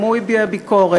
גם הוא הביע ביקורת,